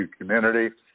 community